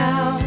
Now